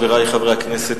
חברי חברי הכנסת,